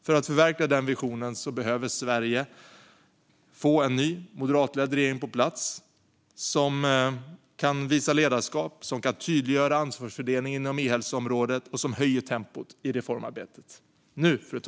För att förverkliga den visionen behöver Sverige få på plats en ny moderatledd regering som kan visa ledarskap och tydliggöra ansvarsfördelningen inom e-hälsoområdet och som höjer tempot i reformarbetet.